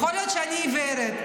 יכול להיות שאני עיוורת,